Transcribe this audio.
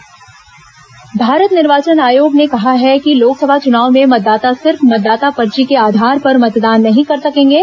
निर्वाचन आयोग मतदाता सुची भारत निर्वाचन आयोग ने कहा है कि लोकसभा चुनाव में मतदाता सिर्फ मतदाता पर्ची के आधार पर मतदान नहीं कर सकेंगे